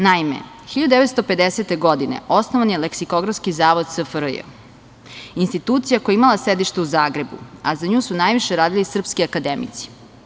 Naime, 1950. godine osnovan je Leksikografski zavod SFRJ, institucija koja je imala sedište u Zagrebu, a za nju su najviše radili srpski akademici.